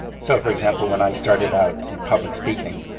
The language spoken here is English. so, for example, when i started out in public speaking,